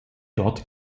dort